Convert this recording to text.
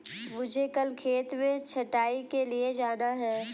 मुझे कल खेत में छटाई के लिए जाना है